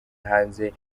hanze